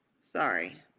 sorry